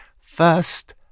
First